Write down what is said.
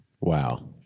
Wow